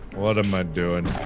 what am i doing